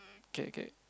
okay okay